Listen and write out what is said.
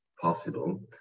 possible